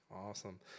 Awesome